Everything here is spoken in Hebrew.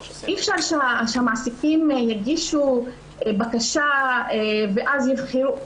אי אפשר שהמעסיקים יגישו בקשה, ואז יבחרו.